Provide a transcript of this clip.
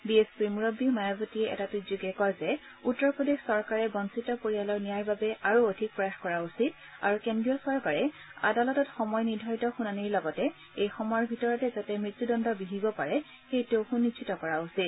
B S পিৰ মুৰববী মায়াৱতীয়ে এটা টুইটযোগে কয় যে উত্তৰ প্ৰদেশ চৰকাৰে বঞ্চিত পৰিয়ালৰ ন্যায়ৰ বাবে আৰু অধিক প্ৰয়াস কৰা উচিত আৰু কেন্দ্ৰীয় চৰকাৰে আদালতত সময় নিৰ্ধাৰিত শুনানিৰ লগতে এই সময়ৰ ভিতৰতে যাতে মৃত্যুদণ্ড বিহিব পাৰি সেইটোও সুনিশ্চিত কৰা উচিত